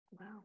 wow